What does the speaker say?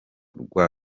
rwa